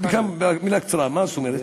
במילה קצרה, מה זאת אומרת?